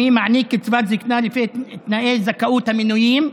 מעניק קצבת זקנה לפי תנאי זכאות המנויים,